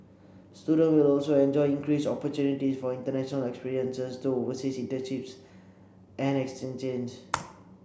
student will also enjoy increased opportunities for international experiences through overseas internships and exchanges